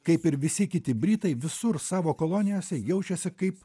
kaip ir visi kiti britai visur savo kolonijose jaučiasi kaip